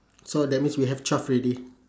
so that means we have twelve already